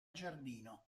giardino